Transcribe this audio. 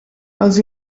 els